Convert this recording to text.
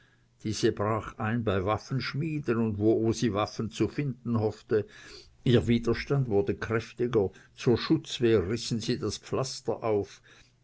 diese brach ein bei waffenschmieden und wo sie waffen zu finden hoffte ihr widerstand wurde heftiger zur schutzwehr rissen sie das pflaster auf